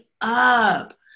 up